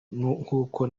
nk’uko